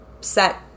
set